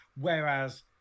whereas